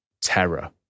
terror